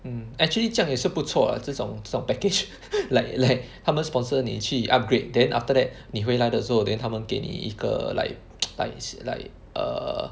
mm actually 这样也是不错 what 这种这种 package like like 他们 sponsor 你去 upgrade then after that 你回来的时候 then 他们给你一个 like like is like like err